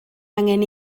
angen